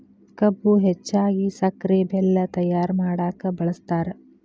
ಕಬ್ಬು ಹೆಚ್ಚಾಗಿ ಸಕ್ರೆ ಬೆಲ್ಲ ತಯ್ಯಾರ ಮಾಡಕ ಬಳ್ಸತಾರ